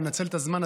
לנצל את הזמן,